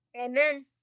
Amen